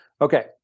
Okay